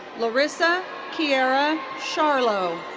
laryssa kierra sharlow.